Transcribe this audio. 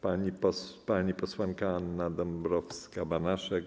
Pani posłanka Anna Dąbrowska-Banaszek.